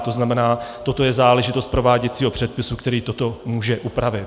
To znamená, toto je záležitost prováděcího předpisu, který toto může upravit.